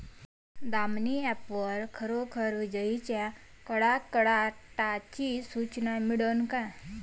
Damini app वर खरोखर विजाइच्या कडकडाटाची सूचना मिळन का?